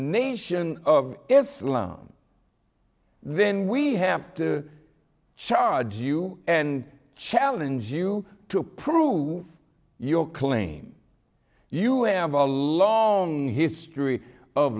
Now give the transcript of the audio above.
nation of islam then we have to charge you and challenge you to prove your claim you have a long history of